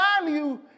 value